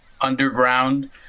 underground